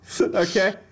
Okay